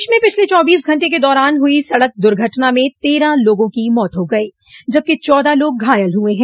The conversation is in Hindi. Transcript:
प्रदेश में पिछले चौबीस घंटे के दौरान हुई सड़क दुर्घटना में तेरह लोगों की मौत हो गयी जबकि चौदह लोग घायल हुए हैं